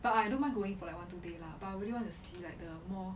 but I don't mind going for like one two day lah but I really want to see like the more